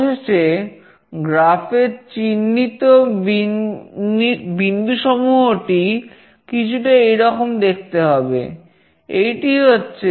অবশেষে গ্রাফ এ চিহ্নিত বিন্দুসমূহটি কিছুটা এরকম দেখতে হবে